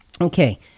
Okay